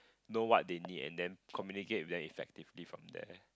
know what they need and then communicate with them effective from there